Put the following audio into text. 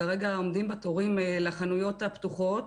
כרגע עומדים בתורים לחנויות הפתוחות